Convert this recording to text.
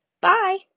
Bye